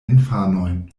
infanojn